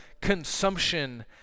consumption